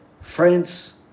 France